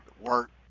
work